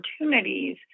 opportunities